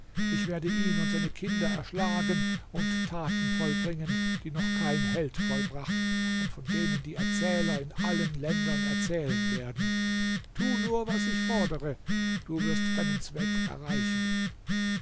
ich werde ihn und seine kinder erschlagen und taten vollbringen die noch kein held vollbracht und von denen die erzähler in allen ländern erzählen werden tu nur was ich fordere du wirst deinen zweck erreichen